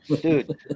dude